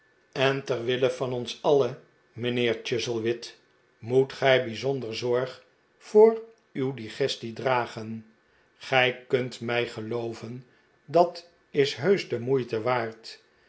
en terwille van ons alien mijnheer chuzzlewit moet gij bijzondere zorg voor uw digestie dragen gij kunt mij gelooven dat is heusch de moeite waard